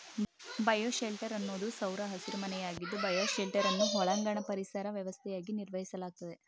bioshelter ಅನ್ನೋದು ಸೌರ ಹಸಿರುಮನೆಯಾಗಿದ್ದು ಬಯೋಶೆಲ್ಟರನ್ನು ಒಳಾಂಗಣ ಪರಿಸರ ವ್ಯವಸ್ಥೆಯಾಗಿ ನಿರ್ವಹಿಸಲಾಗ್ತದೆ